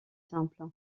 simple